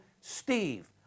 STEVE